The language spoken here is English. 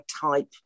type